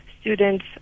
students